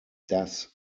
das